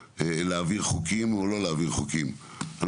להעביר חוקים או לא להעביר אותם; אנחנו